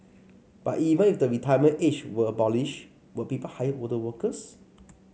but even if the retirement age were abolished would people hire older workers